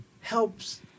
helps